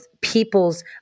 people's